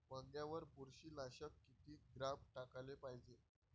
वांग्यावर बुरशी नाशक किती ग्राम टाकाले पायजे?